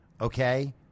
okay